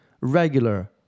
regular